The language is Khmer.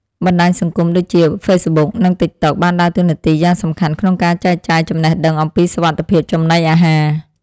បណ្តាញសង្គមដូចជាហ្វេសប៊ុកនិងទិកតុកបានដើរតួនាទីយ៉ាងសំខាន់ក្នុងការចែកចាយចំណេះដឹងអំពីសុវត្ថិភាពចំណីអាហារ។